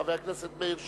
חבר הכנסת מאיר שטרית,